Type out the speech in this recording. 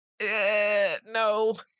no